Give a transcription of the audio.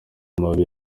mabi